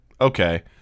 okay